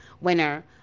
winner